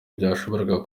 byashoboraga